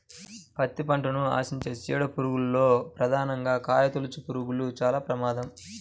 పత్తి పంటను ఆశించే చీడ పురుగుల్లో ప్రధానంగా కాయతొలుచుపురుగులు చాలా ప్రమాదం